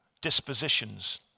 dispositions